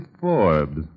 Forbes